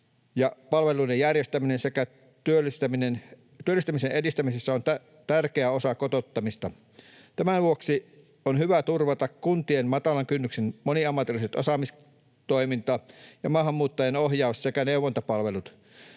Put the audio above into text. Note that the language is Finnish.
palveluiden järjestäminen sekä työllistämisen edistäminen ovat tärkeä osa kotouttamista. Tämän vuoksi on hyvä turvata kuntien matalan kynnyksen moniammatillinen osaamistoiminta ja maahanmuuttajien ohjaus- sekä neuvontapalvelut.